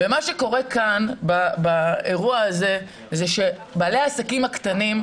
ומה שקורה כאן באירוע הזה זה שבעלי העסקים הקטנים,